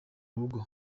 rugo